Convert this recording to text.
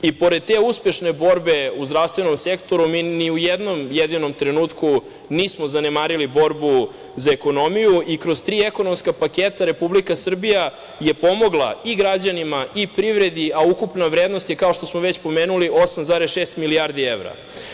I pored te uspešne borbe u zdravstvenom sektoru, mi ni u jednom jedinom trenutku nismo zanemarili borbu za ekonomiju i kroz tri ekonomska paketa Republika Srbija je pomogla i građanima i privredi, a ukupna vrednost je, kao što smo već pomenuli, 8,6 milijardi evra.